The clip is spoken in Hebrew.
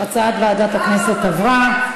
הצעת ועדת הכנסת התקבלה.